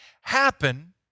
happen